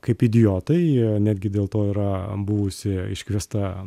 kaip idiotai netgi dėl to yra buvusi iškviesta